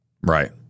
Right